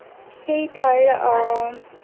সেই ঠাইৰ